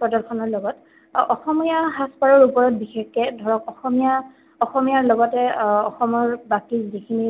প্ৰদৰ্শনৰ লগত অসমীয়া সাজপাৰৰ ওপৰত বিশেষকৈ ধৰক অসমীয়া অসমীয়াৰ লগতে অসমৰ বাকী যিখিনি